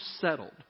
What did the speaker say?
settled